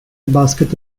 basket